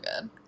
good